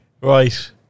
Right